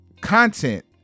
content